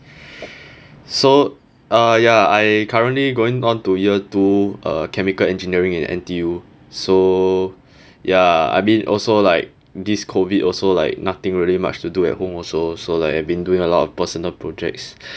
so uh ya I currently going on to year two uh chemical engineering in N_T_U so ya I've been also like this COVID also like nothing really much to do at home also so like I've been doing a lot of personal projects